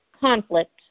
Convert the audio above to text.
conflict